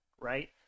right